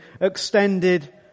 extended